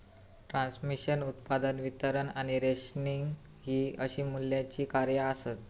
transmission, उत्पादन, वितरण आणि रेशनिंग हि अशी मूल्याची कार्या आसत